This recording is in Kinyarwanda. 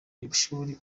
ishuri